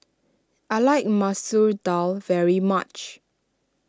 I like Masoor Dal very much